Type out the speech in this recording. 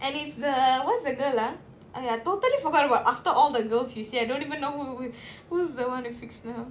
and it's the what's the girl ah !aiya! I totally forgot about after all the girls he see I don't even know who who's the [one] he's with now